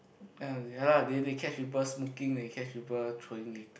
uh ya lah then they catch people smoking they catch people throwing litter